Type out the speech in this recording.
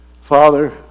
Father